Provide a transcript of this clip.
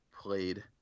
played